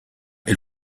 est